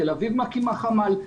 תל אביב מקימה חמ"ל,